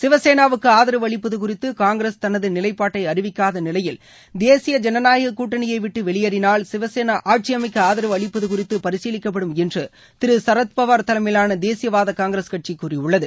சிவசேனாவுக்கு ஆதரவு அளிப்பது குறித்து காங்கிரஸ் தனது நிலைப்பாட்டை அறிவிக்காத நிலையில் தேசிய ஜனநாயக கூட்டணியைவிட்டு வெளியேறினால் சிவசேனா ஆட்சியமைக்க ஆதரவு அளிப்பது குறித்து பரிசீலிக்கப்படும் என்று திரு சரத் பவார் தலைமையிலான தேசியவாத காங்கிரஸ் கட்சி கூறியுள்ளது